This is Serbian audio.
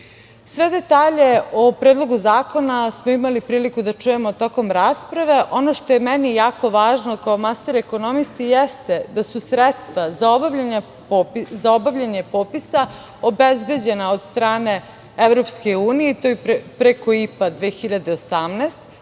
detalje o Predlogu zakona smo imali priliku da čujemo tokom rasprave. Ono što je meni jako važno, kao master ekonomisti, jeste da su sredstva za obavljanje popisa obezbeđena od strane Evropske unije, i to preko IPA 2018,